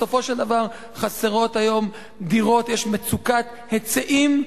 בסופו של דבר, חסרות היום דירות, יש מצוקת היצעים,